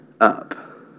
up